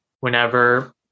Whenever